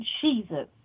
Jesus